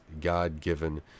god-given